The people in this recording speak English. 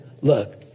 look